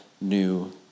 new